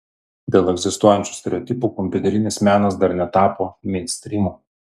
dėl egzistuojančių stereotipų kompiuterinis menas dar netapo meinstrymu